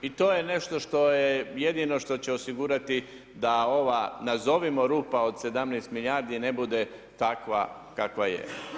I to je nešto što je, jedino što će osigurati da ova nazovimo rupa od 17 milijardi ne bude takva kakva je.